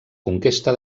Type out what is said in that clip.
conquesta